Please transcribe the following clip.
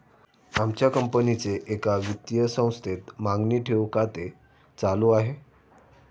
आमच्या कंपनीचे एका वित्तीय संस्थेत मागणी ठेव खाते चालू आहे